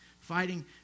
fighting